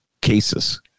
Cases